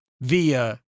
via